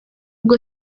ubwo